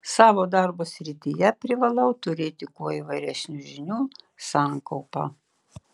savo darbo srityje privalau turėti kuo įvairesnių žinių sankaupą